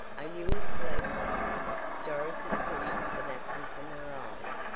are you asleep? dorothy pushed the napkin from her eyes,